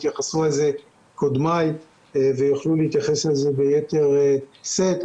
התייחסו לזה קודמיי ויוכלו להתייחס לזה ביתר שאת,